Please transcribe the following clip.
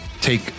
take